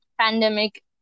pandemic